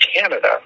Canada